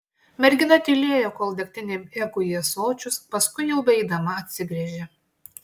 mergina tylėjo kol degtinė bėgo į ąsočius paskui jau beeidama atsigręžė